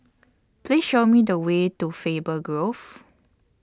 Please Show Me The Way to Faber Grove